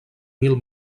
mil